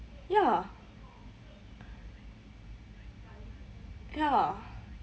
ya ya